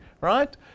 right